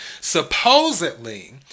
Supposedly